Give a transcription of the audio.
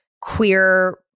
queer